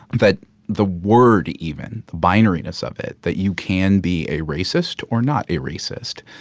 and that the word even, the binariness of it, that you can be a racist or not a racist,